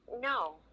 no